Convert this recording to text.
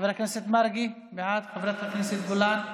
חבר הכנסת מרגי, בעד, חברת הכנסת גולן,